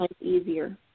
easier